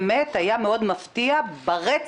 באמת היה מאוד מפתיע ברצף